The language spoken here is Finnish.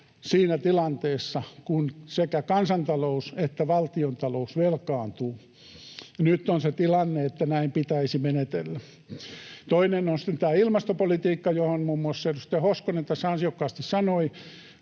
siinä tilanteessa, kun sekä kansantalous että valtiontalous velkaantuvat. Nyt on se tilanne, että näin pitäisi menetellä. Toinen on sitten tämä ilmastopolitiikka, johon muun muassa edustaja Hoskonen tässä ansiokkaasti sanoi.